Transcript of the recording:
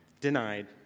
denied